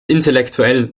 intellektuell